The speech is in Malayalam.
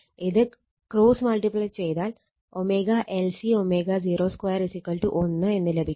ഇത് ക്രോസ്സ് മൾട്ടിപ്ലൈ ചെയ്താൽ ω LC ω02 1 എന്ന് ലഭിക്കും